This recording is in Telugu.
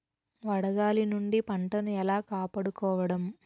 వడగాలి నుండి పంటను ఏలా కాపాడుకోవడం?